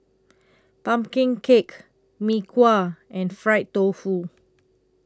Pumpkin Cake Mee Kuah and Fried Tofu